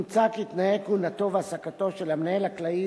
מוצע כי תנאי כהונתו והעסקתו של המנהל הכללי